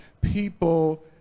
people